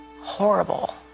horrible